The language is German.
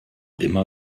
immer